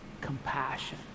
compassion